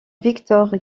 victor